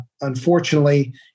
unfortunately